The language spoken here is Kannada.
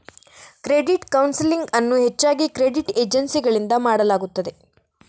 ಕ್ರೆಡಿಟ್ ಕೌನ್ಸೆಲಿಂಗ್ ಅನ್ನು ಹೆಚ್ಚಾಗಿ ಕ್ರೆಡಿಟ್ ಏಜೆನ್ಸಿಗಳಿಂದ ಮಾಡಲಾಗುತ್ತದೆ